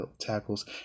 tackles